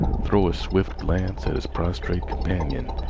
throw a swift glance at his prostrate companion,